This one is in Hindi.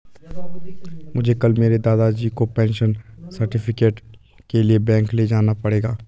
मुझे कल मेरे दादाजी को पेंशन सर्टिफिकेट के लिए बैंक ले जाना पड़ेगा